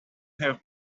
have